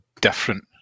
different